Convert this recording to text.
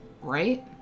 right